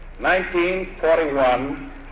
1941